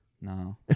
No